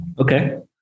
Okay